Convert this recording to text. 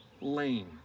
lame